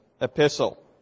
epistle